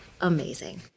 amazing